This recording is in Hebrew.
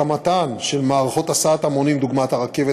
הקמתן של מערכות הסעת המונים דוגמת הרכבת